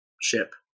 ship